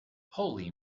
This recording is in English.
holy